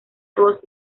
ross